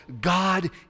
God